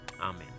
Amen